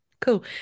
cool